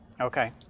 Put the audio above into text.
Okay